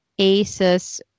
Asus